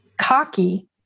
cocky